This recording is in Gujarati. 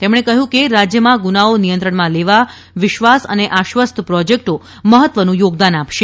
તેમણે કહ્યું કે રાજ્યમાં ગુનાઓ નિયત્રણમાં લેવા વિશ્વાસ અને આશ્વસ્ત પ્રોજેક્ટો મહત્વનું યોગદાન આપશે